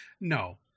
no